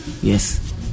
Yes